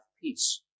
peace